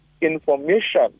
information